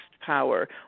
power